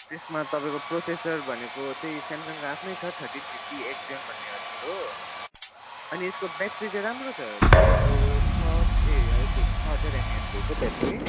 त्यसमा तपाईँको प्रोसेसर भनेको त्यही स्यामसङको आफ्नै छ थर्टिन फिफ्टी एक्स जोन भन्ने हजुर हो अनि यसको ब्याट्री चाहिँ राम्रो छ तपाईँको छ ए हजुर छ हजार एमएएच रहेछ ब्याट्री